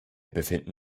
befinden